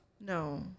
No